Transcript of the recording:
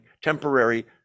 temporary